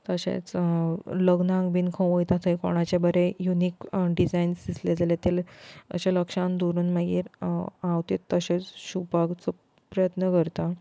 तशेंच लग्नाक बीन खंय वयता थंय कोणाचे बरे युनीक डिजायन्स आसले जाल्यार ते ते अशे लक्षान दवरून मागीर हांव त्यो तश्योच शिंवपाचो प्रयत्न करता